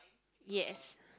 yes